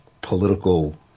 political